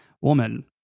woman